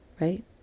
right